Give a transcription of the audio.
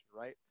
right